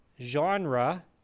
genre